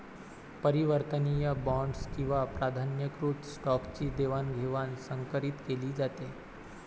परिवर्तनीय बॉण्ड्स किंवा प्राधान्यकृत स्टॉकची देवाणघेवाण संकरीत केली जाते